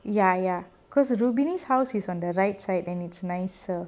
ya ya because rubini house is on the right side and it's nicer